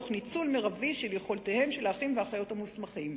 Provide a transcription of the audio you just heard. תוך ניצול מרבי של יכולותיהם של האחים והאחיות המוסמכים.